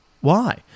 Why